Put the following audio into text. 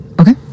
Okay